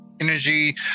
energy